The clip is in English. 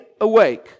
awake